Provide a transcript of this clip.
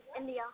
India